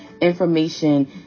information